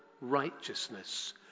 righteousness